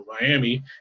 Miami